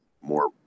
more